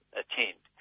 attend